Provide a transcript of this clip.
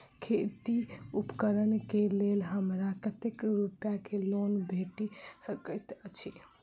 खेती उपकरण केँ लेल हमरा कतेक रूपया केँ लोन भेटि सकैत अछि?